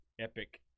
epic